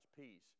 peace